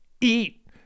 eat